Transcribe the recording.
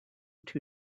two